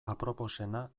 aproposena